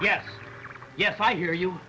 yes yes i hear you